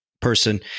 person